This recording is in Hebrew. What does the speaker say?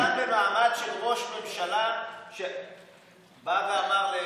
שאדם במעמד של ראש ממשלה בא ואמר,